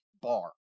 bar